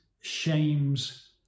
Shame's